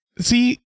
See